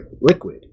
liquid